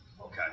Okay